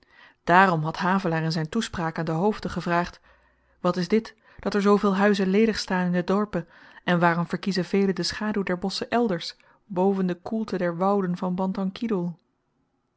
dààrom had havelaar in zyn toespraak aan de hoofden gevraagd wat is dit dat er zooveel huizen ledig staan in de dorpen en waarom verkiezen velen de schaduw der bosschen elders boven de koelte der wouden van bantan kidoel